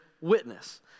witness